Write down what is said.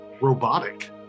robotic